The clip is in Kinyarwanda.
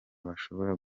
bashobora